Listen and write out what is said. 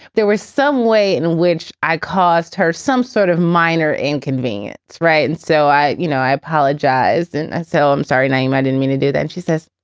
there were some way in which i caused her some sort of minor inconvenience. right. and so i you know, i apologized and i said, so i'm sorry, name. i didn't mean to do that she says,